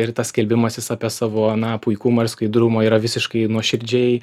ir tas skelbimasis apie savo na puikumą ir skaidrumą yra visiškai nuoširdžiai